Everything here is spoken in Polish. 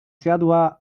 zjadła